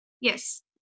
Yes